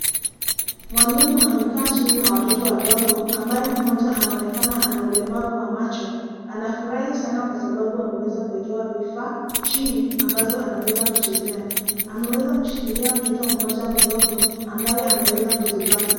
Mwalimu amekaa chini na watoto wadogo ambaye mmoja anaonekana ana ulemavu wa macho. Anafurahi sana kwa sababu ameweza kuwekewa vifaa chini ambazo anaweza kuchezea. Ameweza kushikilia mtoto mmoja mdogo ambaye ameweza kuzubaa.